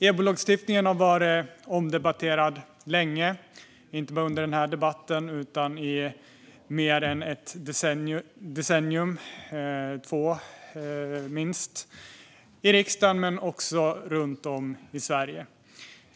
EBO-lagstiftningen har varit omdebatterad länge, inte bara i denna debatt utan i riksdagen och runt om i Sverige, under mer än två decennier.